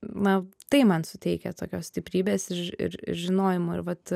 na tai man suteikia tokios stiprybės ir ir žinojimo ir vat